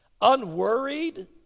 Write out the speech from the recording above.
unworried